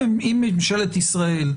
אם ממשלת ישראל,